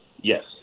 Yes